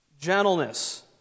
gentleness